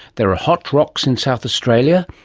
there are hot rocks in south australia,